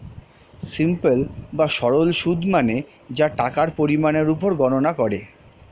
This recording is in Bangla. সিম্পল বা সরল সুদ মানে যা টাকার পরিমাণের উপর গণনা করে